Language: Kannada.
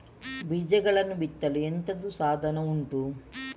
ಬೀಜಗಳನ್ನು ಬಿತ್ತಲು ಎಂತದು ಸಾಧನ ಉಂಟು?